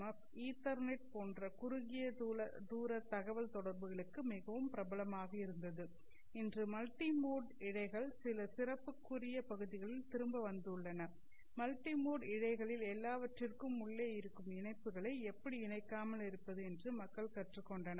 F Ethernet போன்ற குறுகிய தூர தகவல்தொடர்புகளுக்கு மிகவும் பிரபலமாக இருந்தது இன்று மல்டி மோட் இழைகள் சில சிறப்புக்குரிய பகுதிகளில் திரும்ப வந்துள்ளன மல்டி மோட் இழைகளில் எல்லாவற்றிற்கும் உள்ளே இருக்கும் இணைப்புக்களை எப்படி இணைக்காமல் இருப்பது என்று மக்கள் கற்றுக் கொண்டனர்